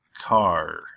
car